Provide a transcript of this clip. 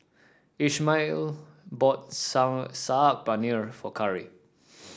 Ismael bought Saag Paneer for Khari